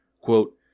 Quote